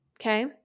Okay